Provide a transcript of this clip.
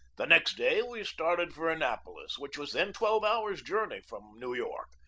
the next day we started for annapolis, which was then twelve hours' journey from new york.